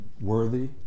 worthy